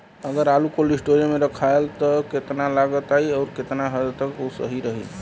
अगर आलू cold storage में रखायल त कितना लागत आई अउर कितना हद तक उ सही रही?